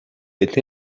est